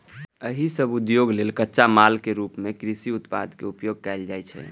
एहि सभ उद्योग लेल कच्चा मालक रूप मे कृषि उत्पादक उपयोग कैल जाइ छै